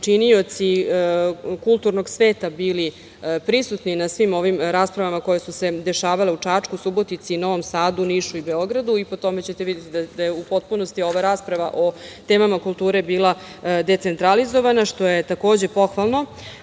činioci kulturnog sveta bili prisutni na svim ovim raspravama koje su se dešavale u Čačku, Subotici, Novom Sadu, Nišu i Beogradu. Po tome ćete videti da je u potpunosti ova rasprava o temama kulture bila decentralizovana, što je pohvalno. Što